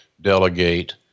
delegate